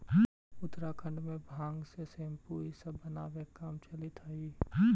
उत्तराखण्ड में भाँग से सेम्पू इ सब बनावे के काम चलित हई